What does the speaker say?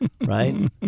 Right